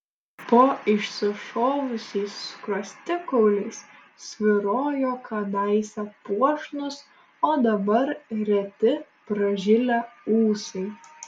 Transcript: po išsišovusiais skruostikauliais svyrojo kadaise puošnūs o dabar reti pražilę ūsai